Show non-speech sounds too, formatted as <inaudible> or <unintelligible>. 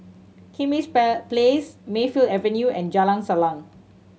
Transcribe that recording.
Kismis <unintelligible> Place Mayfield Avenue and Jalan Salang